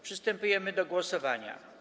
Przystępujemy do głosowania.